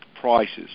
prices